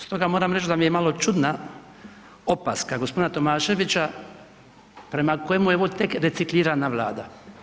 Stoga moram reći da mi je malo čudna opaska gospodina Tomaševića prema kojemu je ovo tek reciklirana Vlada.